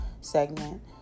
segment